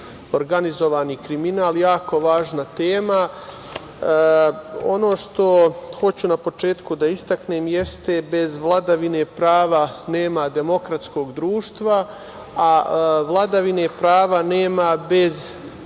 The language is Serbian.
organizovani kriminal. Jako važna tema. Ono što hoću na početku da istaknem jeste – bez vladavine prava nema demokratskog društva, a vladavine prava nema bez